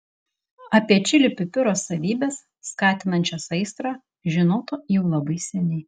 apie čili pipiro savybes skatinančias aistrą žinota jau labai seniai